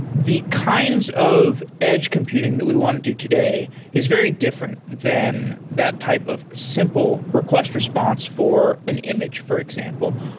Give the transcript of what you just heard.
the kinds of edge computing that we want to do today is very different than that type of simple request response for an image, for example.